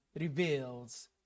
reveals